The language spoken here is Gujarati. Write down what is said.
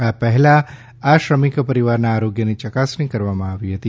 આ પહેલા આ શ્રમિક પરિવારોના આરોગ્યની યકાસણી કરવામાં આવી હતી